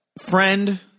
friend